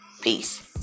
Peace